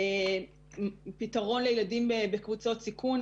פתרון לילדים בקבוצות סיכון,